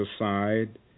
aside